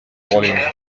volumes